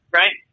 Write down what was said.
right